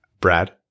Brad